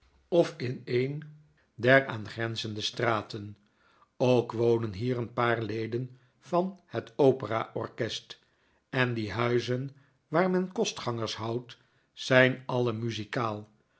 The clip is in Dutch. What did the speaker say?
of in een der aangrenzende straten ook wonen hier een paar leden van het opera orkest en die huizen waar men kostgangers houdt zijn alle muzikaal